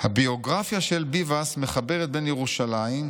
"הביוגרפיה של ביבאס מחברת בין ירושלים,